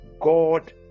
God